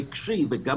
הרגשי וגם